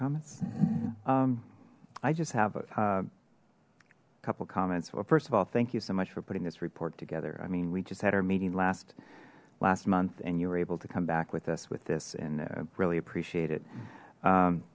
yeah i just have a couple comments well first of all thank you so much for putting this report together i mean we just had our meeting last last month and you were able to come back with us with this and really appreciate it